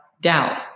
doubt